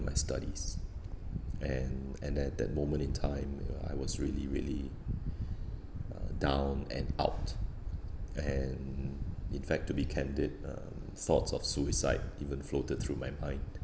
my studies and and at that moment in time I was really really uh down and out and in fact to be candid um thoughts of suicide even floated through my mind